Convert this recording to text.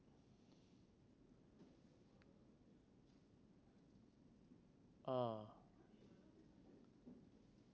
ah